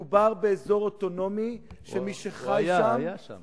מדובר באזור אוטונומי, שמי שחי שם,